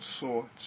sorts